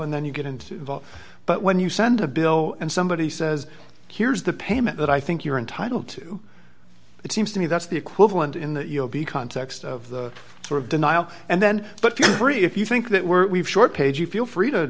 and then you get into but when you send a bill and somebody says here's the payment that i think you're entitled to it seems to me that's the equivalent in the e o p context of the sort of denial and then but you're free if you think that we're we've short page you feel free